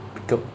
pick up